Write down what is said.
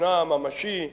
שתוכנה הממשי עריצות?